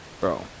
bro